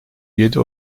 yedi